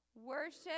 Worship